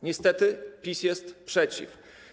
Niestety PiS jest przeciw.